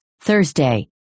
Thursday